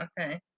Okay